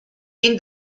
این